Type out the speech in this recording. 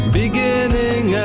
beginning